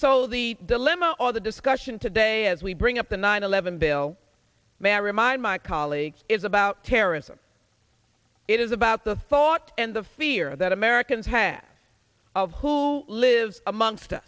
so the dilemma or the discussion today as we bring up the nine eleven bill may i remind my colleagues is about terrorism it is about the thought and the fear that americans half of who live amongst